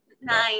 nine